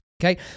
Okay